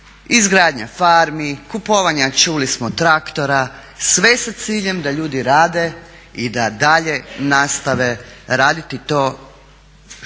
izgradnja farmi, kupovanja čuli smo traktora sve sa ciljem da ljudi rade i da dalje nastave raditi to s čim